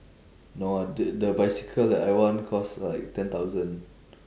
no ah th~ the bicycle that I want cost like ten thousand